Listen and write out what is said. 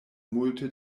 multe